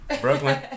Brooklyn